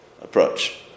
approach